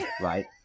right